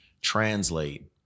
translate